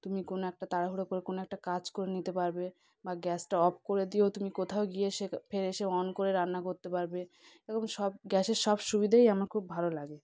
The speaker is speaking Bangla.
তুমি কোনো একটা তাড়াহুড়ো করে কোনো একটা কাজ করে নিতে পারবে বা গ্যাসটা অফ করে দিয়েও তুমি কোথাও গিয়ে সে ফের এসে অন করে রান্না করতে পারবে এবং সব গ্যাসে সব সুবিধাই আমার খুব ভালো লাগে